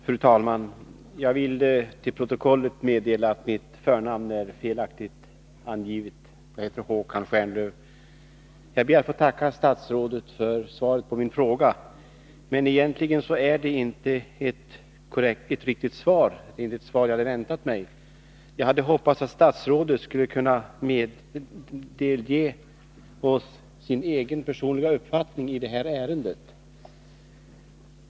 Fru talman! Jag vill till protokollet meddela att mitt förnamn är felaktigt angivet. Jag heter Håkan Stjernlöf. Jag ber att få tacka statsrådet för svaret på min fråga. Egentligen är det inte det svar jag hade väntat mig. Jag hade hoppats att statsrådet skulle kunna delge oss sin egen personliga uppfattning i detta ärende.